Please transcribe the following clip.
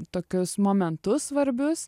tokius momentus svarbius